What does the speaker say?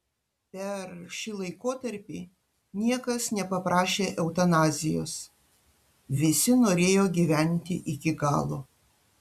per šį laikotarpį niekas nepaprašė eutanazijos visi norėjo gyventi iki galo